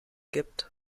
gibt